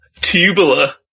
Tubular